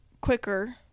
quicker